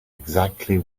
exactly